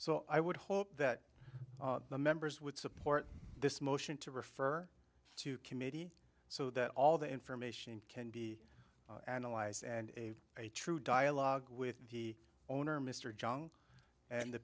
so i would hope that the members would support this motion to refer to committee so that all the information can be analyzed and a true dialogue with the owner mr john and the